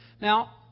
now